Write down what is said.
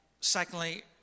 secondly